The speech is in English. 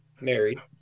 married